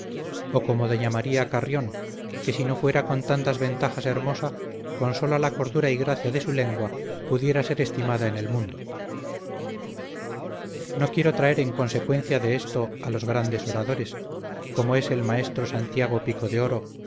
o como doña maría carrión que si no fuera con tantas ventajas hermosa con sola la cordura y gracia de su lengua pudiera ser estimada en el mundo no quiero traer en consecuencia de esto a los grandes oradores como es el maestro santiago pico de oro